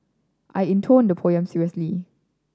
I intoned the poem seriously